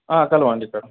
కలవండి ఇక్కడ